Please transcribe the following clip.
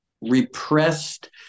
repressed